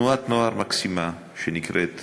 תנועת נוער מקסימה שנקראת